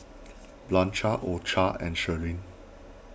Blanchard orchard and Shirleen